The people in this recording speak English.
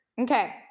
Okay